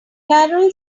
carol